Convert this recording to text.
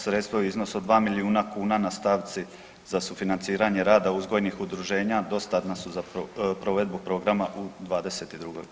Sredstva u iznosu od 2 milijuna kuna na stavci za sufinanciranje rada uzgojnih udruženja dostatna su za provedbu programa u '22. godini.